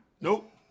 Nope